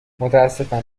متأسفم